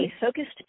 focused